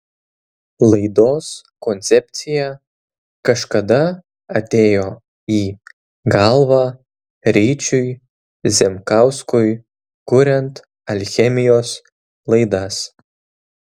laidos koncepcija kažkada atėjo į galvą ryčiui zemkauskui kuriant alchemijos laidas